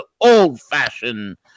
old-fashioned